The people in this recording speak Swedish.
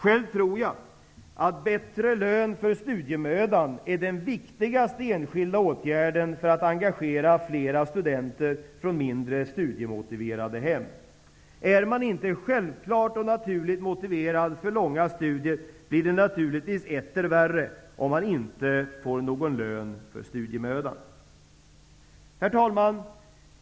Själv tror jag att bättre lön för studiemödan är den viktigaste enskilda åtgärden för att engagera fler studenter från mindre studiemotiverade hem. Är man inte självklart och naturligt motiverad för långa studier, blir det naturligtvis etter värre om man inte får någon lön för studiemödan. Herr talman!